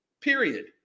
Period